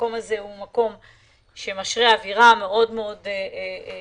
המקום הזה משרה אווירה מאוד טובה,